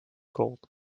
gold